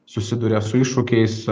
susiduria su iššūkiais